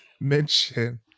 mention